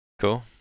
Cool